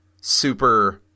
super